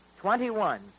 twenty-one